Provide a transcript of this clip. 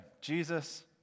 Jesus